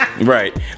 Right